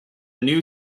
new